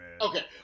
Okay